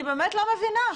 אני באמת לא מבינה.